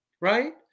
right